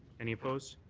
any opposed?